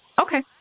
Okay